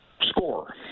score